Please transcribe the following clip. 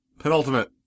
Penultimate